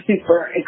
super